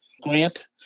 grant